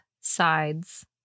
sides